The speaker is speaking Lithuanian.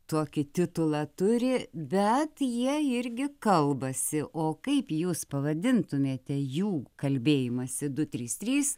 tokį titulą turi bet jie irgi kalbasi o kaip jūs pavadintumėte jų kalbėjimąsi du trys trys